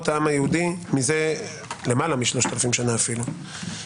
העם היהודי מזה למעלה מ-3000 שנה אפילו.